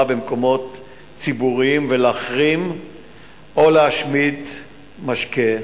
במקומות ציבוריים ולהחרים או להשמיד משקה.